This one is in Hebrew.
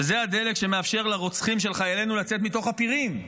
וזה הדלק שמאפשר לרוצחים של חיילינו לצאת מתוך הפירים,